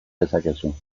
dezakezu